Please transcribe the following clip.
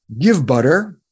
GiveButter